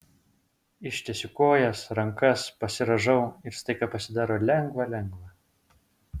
ištiesiu kojas rankas pasirąžau ir staiga pasidaro lengva lengva